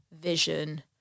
vision